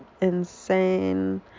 insane